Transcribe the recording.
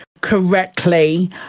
correctly